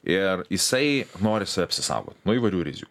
ir jisai nori save apsisaugot nuo įvairių rizikų